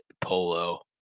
polo